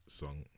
song